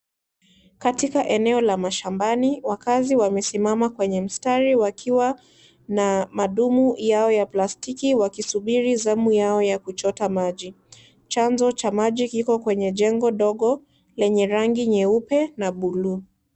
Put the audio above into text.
Katika eneo la mashambani wakaazi wamesimama kwenye mstari wakiwa na madumu yao ya plastiki wakisubiri zamu yao ya kuchota maji, chanzo cha maji kipo kwenye jengo dogo lenye rangi nyeupe na buluu.